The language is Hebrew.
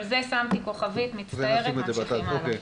אבל את זה שמתי בכוכבית, מצטערת, ממשיכים הלאה.